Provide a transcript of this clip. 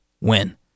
Win